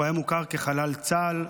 הוא היה מוכר כחלל צה"ל,